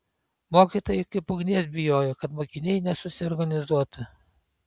mokytojai kaip ugnies bijojo kad mokiniai nesusiorganizuotų